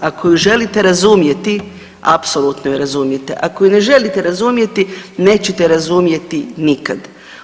Ako ju želite razumjeti, apsolutno ju razumijete, ako ju ne želite razumjeti, nećete je razumjeti nikad.